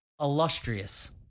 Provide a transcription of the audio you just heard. illustrious